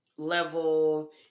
Level